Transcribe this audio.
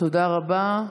תודה רבה.